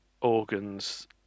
organs